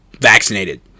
vaccinated